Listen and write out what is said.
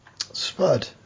Spud